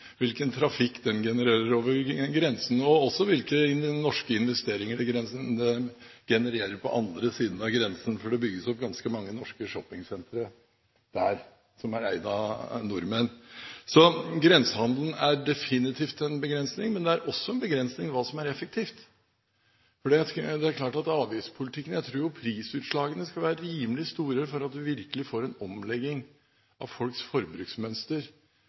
hvilken trafikk den genererer over grensen, og også hvilke norske investeringer den genererer på den andre siden av grensen, for det bygges ganske mange norske shoppingsentre der som er eid av nordmenn. Så grensehandelen er definitivt en begrensning, men det er også en begrensing med tanke på hva som er effektivt. Jeg tror at prisutslagene skal være rimelig store før vi virkelig får en omlegging av folks forbruksmønster